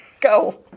Go